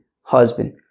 husband